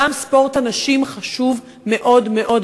גם ספורט הנשים חשוב מאוד מאוד.